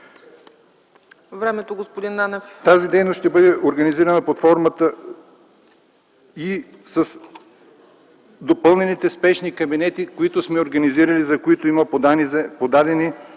Тази дейност ще бъде реализирана и с допълнителните спешни кабинети, които сме организирали, за които има подадени